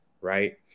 right